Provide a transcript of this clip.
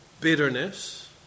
bitterness